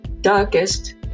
darkest